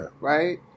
Right